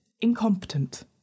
incompetent